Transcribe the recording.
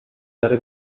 داره